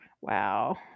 Wow